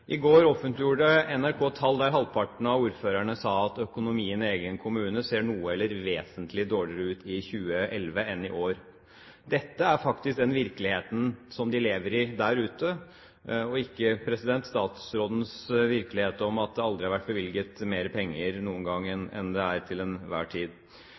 I går offentliggjorde NRK tall der halvparten av ordførerne sa at økonomien i egen kommune ser noe dårligere eller vesentlig dårligere ut i 2011 enn i år. Dette er faktisk den virkeligheten som de lever i der ute, og ikke statsrådens virkelighet, der det aldri har vært bevilget mer penger noen gang enn det er til enhver tid.